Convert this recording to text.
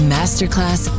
Masterclass